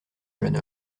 jeune